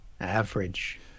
average